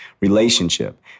Relationship